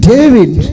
David